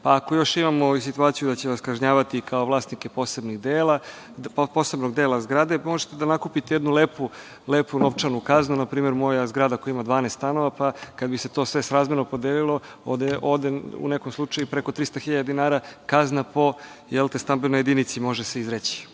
Ako još imamo i situaciju da će vas kažnjavati kao vlasnike posebnog dela zgrade, možete da nakupite jednu lepu novčanu kaznu, na primer, moja zgrada koja ima 12 stanova, pa kada bi se to sve srazmerno podelilo ode u nekom slučaju i preko 300 hiljada dinara kazna po stambenoj jedinici, može se izreći,